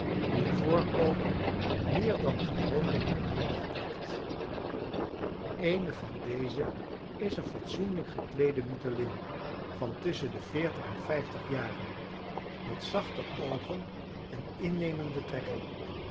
wier voorkomen meer dan gewoonlijk de aandacht trekt eene van deze is een fatsoenlijk gekleede mulattin van tusschen de veertig en vijftig jaren met zachte oogen en innemende trekken